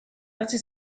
hasi